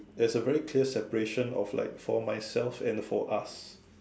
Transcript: there is a very clear separation of like for myself and for us